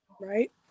Right